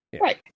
right